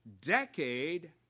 decade